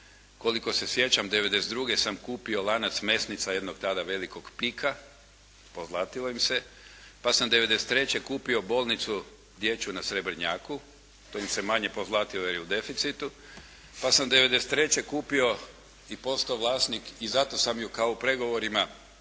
Koliko se sjećam '92. sam kupio lanac mesnica jednog tada velikog "Pika", pozlatilo im se, pa sam '93. kupio bolnicu dječju na Srebrenjaku, to im se manje pozlatilo jer je u deficitu. Pa sam '93. kupio i postao vlasnik i zato sam ju kao u pregovorima sačuvao